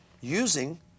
using